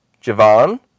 Javan